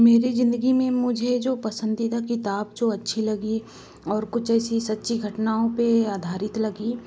मेरे ज़िंदगी में मुझे जो पसंदीदा किताब जो अच्छी लगी और कुछ ऐसी सच्ची घटनाओं पर आधारित लगी